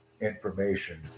information